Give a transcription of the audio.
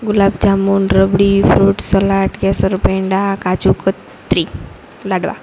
ગુલાબ jamun rabri fruit salad કેસર પેંડા કાજુ કતરી લાડવા